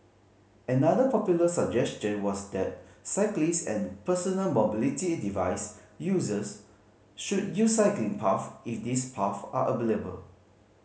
another popular suggestion was that cyclists and personal mobility device users should use cycling paths if these paths are available